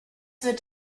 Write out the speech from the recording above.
wird